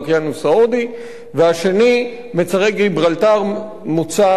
והשני, מצרי גיברלטר, מוצא לאוקיינוס האטלנטי.